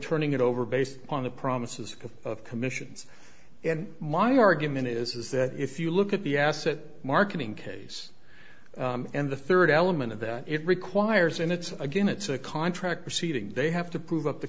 turning it over based on the promises of commissions and my argument is that if you look at the asset marketing case and the third element of that it requires and it's again it's a contract proceeding they have to prove up the